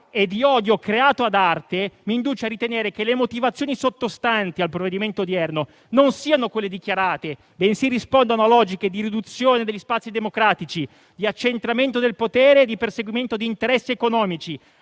e di odio creato ad arte mi induce a ritenere che le motivazioni sottostanti al provvedimento odierno non siano quelle dichiarate, bensì rispondano a logiche di riduzione degli spazi democratici, di accentramento del potere e di perseguimento di interessi economici,